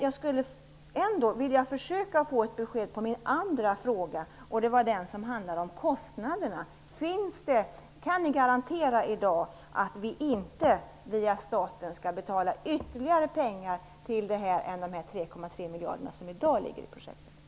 Jag vill ändå försöka få ett besked vad gäller min andra fråga, som handlade om kostnaderna. Kan ni i dag garantera att vi inte via staten skall betala ytterligare pengar utöver de 3,3 miljarder som i dag ligger i projektet?